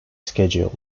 schedule